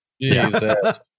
Jesus